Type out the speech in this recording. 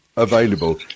available